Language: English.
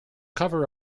cover